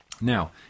Now